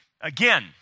Again